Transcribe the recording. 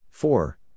Four